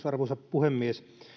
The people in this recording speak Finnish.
arvoisa puhemies